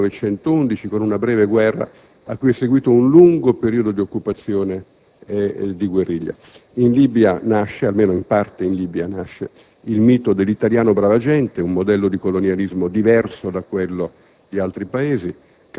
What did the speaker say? Siamo andati in Libia nel 1911 con una breve guerra, a cui è seguito un lungo periodo di occupazione e di guerriglia. In Libia nasce, almeno in parte, il mito dell'italiano «brava gente»: un modello di colonialismo diverso da quello